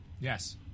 Yes